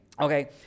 Okay